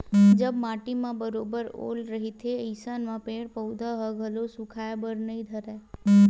जब माटी म बरोबर ओल रहिथे अइसन म पेड़ पउधा ह घलो सुखाय बर नइ धरय